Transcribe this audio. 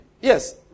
Yes